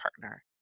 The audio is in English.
partner